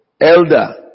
Elder